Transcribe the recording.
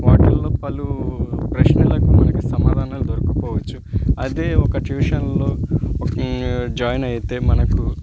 వాటిల్లో పలూ ప్రశ్నలకు మనకి సమాధానలు దొరకుపోవచ్చు అదే ఒక ట్యూషన్లో జాయిన్ అయితే మనకు